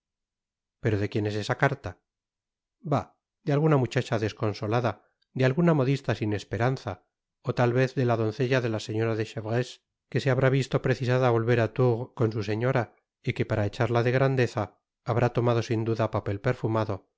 pero de quién es esa carta bah de alguna muchacha desconsolada de alguna modista sin esperanza ó tal vez de la doncella de la señora de chevreuse que se habrá visto precisada á volver á tours con su señora y que para echarla de grandeza habrá tomado sin duda papel perfumado